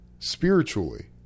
spiritually